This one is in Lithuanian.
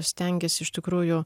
stengiesi iš tikrųjų